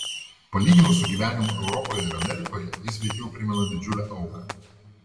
palyginus su gyvenimu europoje ir amerikoje jis veikiau primena didžiulę auką